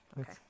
okay